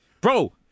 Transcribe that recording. bro